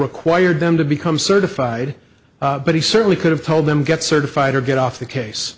required them to become certified but he certainly could have told them get certified or get off the case